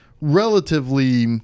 relatively